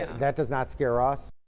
that does not scare us.